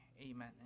Amen